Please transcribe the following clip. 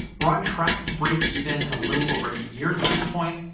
we're on track to breakeven in a little over eight years at this point,